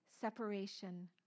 separation